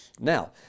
Now